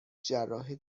جراح